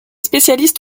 spécialistes